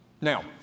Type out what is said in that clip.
Now